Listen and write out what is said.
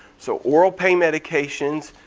so oral pain medications,